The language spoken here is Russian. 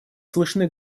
слышны